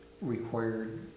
required